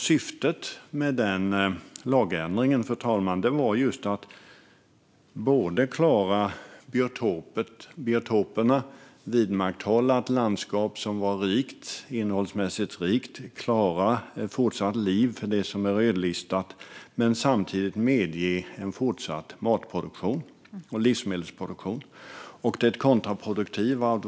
Syftet med den lagändringen var just att skydda biotoperna, vidmakthålla ett landskap som var innehållsmässigt rikt, skydda det som är rödlistat men samtidigt medge en fortsatt livsmedelsproduktion. Vari består då det kontraproduktiva?